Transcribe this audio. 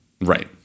Right